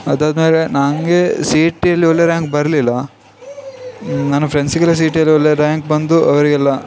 ಅದಾದಮೇಲೆ ನಂಗೆ C E ಟ್ಟಿಯಲ್ಲಿ ಒಳ್ಳೆಯ ರ್ಯಾಂಕ್ ಬರಲಿಲ್ಲ ನಾನು ಫ್ರೆಂಡ್ಸಿಗೆಲ್ಲ ಸಿ ಇ ಟಿಯಲ್ಲಿ ಒಳ್ಳೆಯ ರ್ಯಾಂಕ್ ಬಂದು ಅವರಿಗೆಲ್ಲ